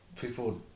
people